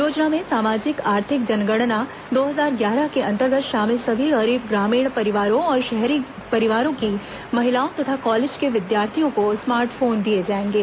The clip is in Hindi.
योजना में सामाजिक आर्थिक जनगणना दो हजार ग्यारह के अंतर्गत शामिल सभी गरीब ग्रामीण परिवारों और शहरी परिवारों की महिलाओं तथा कॉलेज के विद्यार्थियों को मोबाइल स्मार्ट फोन दिए जाएंगे